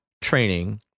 training